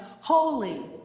Holy